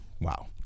wow